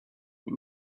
room